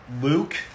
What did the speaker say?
Luke